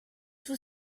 tout